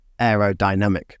aerodynamic